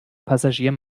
passagier